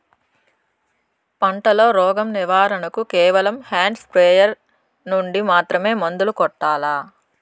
పంట లో, రోగం నివారణ కు కేవలం హ్యాండ్ స్ప్రేయార్ యార్ నుండి మాత్రమే మందులు కొట్టల్లా?